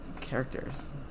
characters